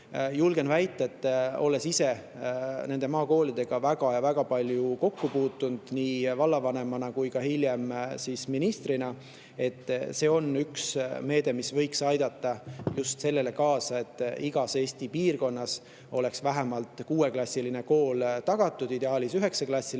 toetusmeetme. Olles ise nende maakoolidega väga-väga palju kokku puutunud nii vallavanemana kui ka hiljem ministrina, julgen väita, et see on üks meede, mis võiks aidata kaasa just sellele, et igas Eesti piirkonnas oleks vähemalt kuueklassiline kool tagatud. Ideaalis üheksaklassiline,